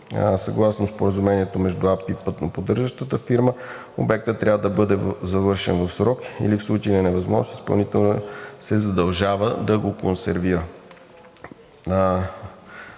Съгласно споразумението между АПИ и пътноподдържащата фирма обектът трябва да бъде завършен в срок или в случай на невъзможност изпълнителят се задължава да го консервира.